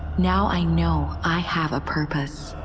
now i know i have a purpose.